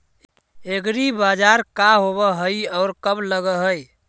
एग्रीबाजार का होब हइ और कब लग है?